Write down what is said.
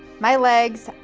my legs,